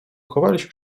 chowaliśmy